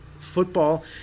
football